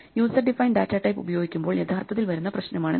user defined data type ഉപയോഗിക്കുമ്പോൾ യഥാർത്ഥത്തിൽ വരുന്ന പ്രശ്നമാണിത്